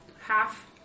half